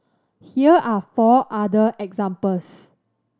here are four other examples